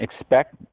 expect